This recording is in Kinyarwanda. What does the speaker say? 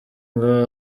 ngo